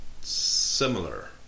similar